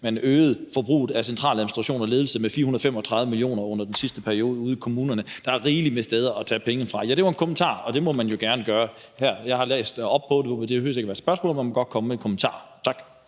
man øgede forbruget af centraladministration og ledelse med 435 mio. kr. under den sidste periode ude i kommunerne. Der er rigeligt med steder at tage penge fra. Ja, det var en kommentar, og det må man jo gerne gøre her. Jeg har læst op på det, og det behøver ikke at være spørgsmål, men man må godt komme med en kommentar. Tak.